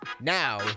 Now